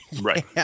Right